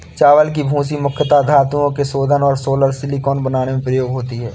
चावल की भूसी मुख्यता धातुओं के शोधन और सोलर सिलिकॉन बनाने में प्रयोग होती है